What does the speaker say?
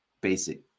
basic